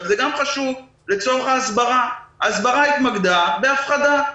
זה גם חשוב לצורך ההסברה ההסברה התמקדה בהפחדה.